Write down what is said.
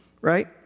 right